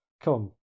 Come